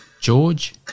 George